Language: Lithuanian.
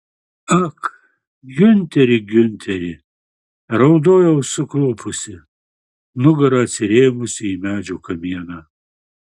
ak giunteri giunteri raudojau suklupusi nugara atsirėmusi į medžio kamieną